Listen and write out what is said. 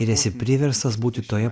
ir esi priverstas būti toje